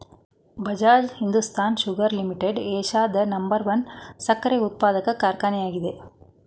Bajaj Hindustan sugar limited ಏಷ್ಯಾದ number one ಸಕ್ಕರೆ ಉತ್ಪಾದಕ ಕಾರ್ಖಾನೆ ಆಗಿದೆ